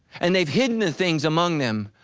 and they've hidden the things among them,